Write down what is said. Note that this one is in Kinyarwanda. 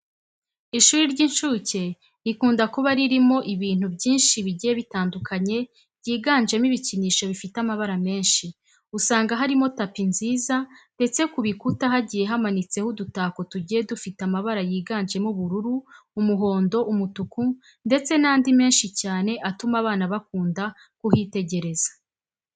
Ishuri ry'inshuke rikunda kuba ririmo ibintu byinshi bigiye bitandukanye byiganjemo ibikinisho bifite amabara menshi. Usanga harimo tapi nziza ndetse ku bikuta hagiye hamanitseho udutako tugiye dufite amabara yiganjemo ubururu, umuhondo, umutuku ndetse n'andi menshi cyane atuma abana bakunda kuhitegereza.